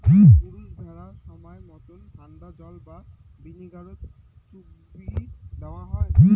পুরুষ ভ্যাড়া সমায় মতন ঠান্ডা জল বা ভিনিগারত চুগবি দ্যাওয়ং হই